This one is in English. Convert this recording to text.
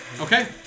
Okay